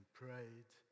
prayed